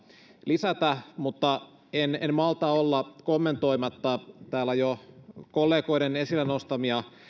lisätä mutta en en malta olla kommentoimatta täällä kollegoiden jo esille nostamia